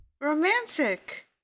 romantic